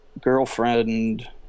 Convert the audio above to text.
girlfriend